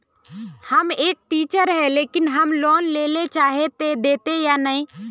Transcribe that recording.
हम एक टीचर है लेकिन हम लोन लेले चाहे है ते देते या नय?